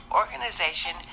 organization